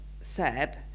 Seb